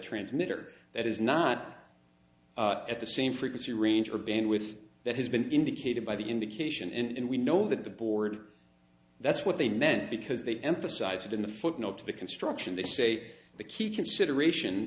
transmitter that is not at the same frequency range or band with that has been indicated by the indication and we know that the board that's what they meant because they emphasized in the footnote to the construction they say the key consideration